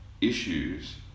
issues